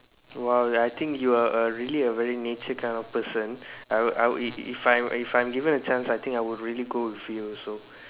!wow! I think you're a really a very nature kind of person I would I would if if I if I'm if I'm given a chance I think I would really go with you also